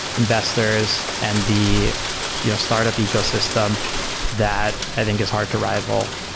investors and the you know startup ecosystem that i think is hard to rival.